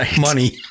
money